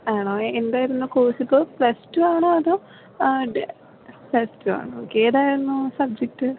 ആണോ എന്തായിരുന്നു കോഴ്സ് ഇപ്പോൾ പ്ലസ്ടു ആണോ അതോ പ്ലസ്ടു ആണ് ഓക്കേ ഏതായിരുന്നു സബ്ജെക്ട്